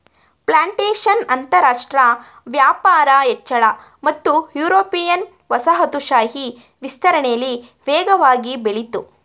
plantation ಅಂತರಾಷ್ಟ್ರ ವ್ಯಾಪಾರ ಹೆಚ್ಚಳ ಮತ್ತು ಯುರೋಪಿಯನ್ ವಸಾಹತುಶಾಹಿ ವಿಸ್ತರಣೆಲಿ ವೇಗವಾಗಿ ಬೆಳಿತು